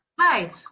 hi